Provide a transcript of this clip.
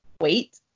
wait